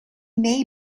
may